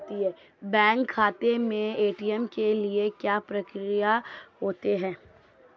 Bank खाते में ATM के लिए क्या प्रक्रिया होती है?